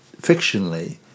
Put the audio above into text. fictionally